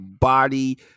body